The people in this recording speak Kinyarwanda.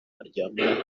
baryamana